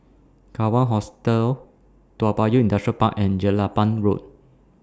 Kawan Hostel Toa Payoh Industrial Park and Jelapang Road